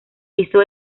hizo